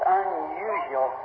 unusual